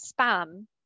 spam